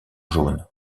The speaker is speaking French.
jaune